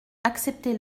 acceptez